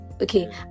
okay